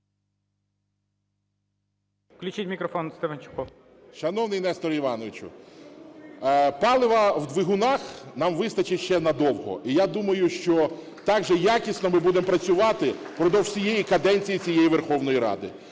Включіть мікрофон Стефанчуку. 17:21:32 СТЕФАНЧУК Р.О. Шановний Несторе Івановичу, палива в двигунах нам вистачить ще надовго. І я думаю, що так же якісно ми будемо працювати впродовж всієї каденції цієї Верховної Ради.